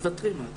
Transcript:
מוותרים.